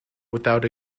without